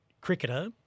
cricketer